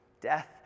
Death